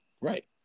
Right